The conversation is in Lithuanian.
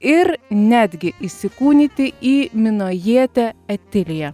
ir netgi įsikūnyti į minojietę etiliją